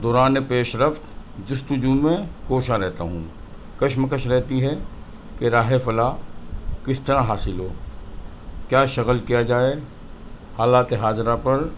دوران پیش رفت جستجو میں کوشاں رہتا ہوں کشمکش رہتی ہے کہ راہ فلاح کس طرح حاصل ہو کیا شغل کیا جائے حالات حاضرہ پر